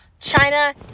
China